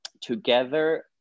together